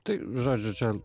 tai žodžiu čia